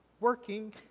working